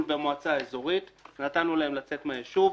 במועצה האזורית נתנו להם לצאת מהיישוב.